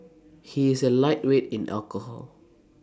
he is A lightweight in alcohol